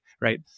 right